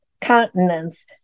continents